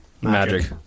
Magic